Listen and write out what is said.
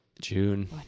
june